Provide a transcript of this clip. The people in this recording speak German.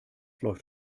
läuft